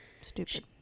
Stupid